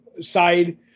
side